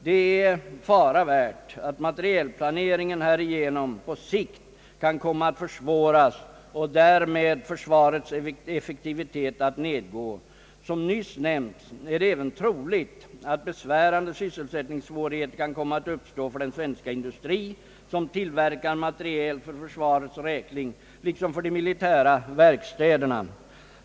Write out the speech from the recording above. Det är fara värt att materielplane ringen härigenom på sikt kan komma att försvåras och därmed försvarets effektivitet att nedgå. Såsom nyss nämnts är det även troligt att besvärande sysselsättningssvårigheter kan komma att uppstå för den svenska industri, som tillverkar materiel för försvarets räkning, liksom för de militära verkstäderna.